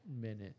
minute